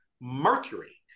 Mercury